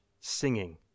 singing